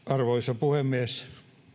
arvoisa puhemies vähän